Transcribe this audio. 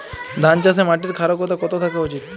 ধান চাষে মাটির ক্ষারকতা কত থাকা উচিৎ?